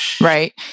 Right